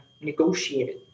negotiated